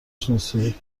شناسی